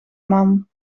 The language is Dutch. man